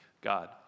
God